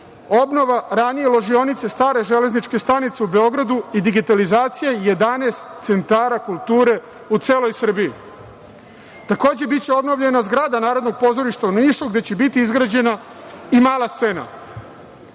obnova ranije ložionice stare železničke stanice u Beogradu i digitalizacija jedanaest centara kulture u celoj Srbiji. Takođe, biće obnovljena zgrada Narodnog pozorišta u Nišu, gde će biti izgrađena i mala scena. Kroz